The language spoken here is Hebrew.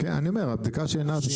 כן, אני אומר הבדיקה של עינב היא